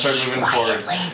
quietly